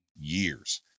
years